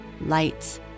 lights